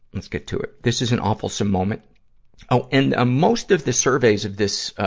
let's get to it. this is an awfulsome moment oh, and ah most of the surveys of this, ah,